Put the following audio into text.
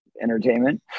entertainment